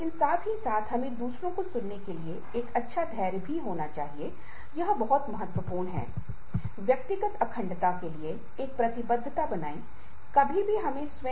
और इसी तरह नौकरी की संतुष्टि उन चीजों के बारे में बोलती है जो व्यक्तियों की नौकरी से संबंधित जरूरतों को किस हद तक पूरा करती हैं